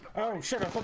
oh and should